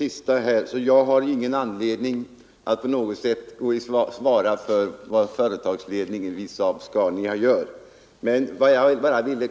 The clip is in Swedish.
Herr talman! Jag har ingen anledning att på något sätt svara för vad företagsledningen vid SAAB-Scania gör, men jag vill